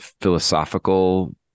philosophical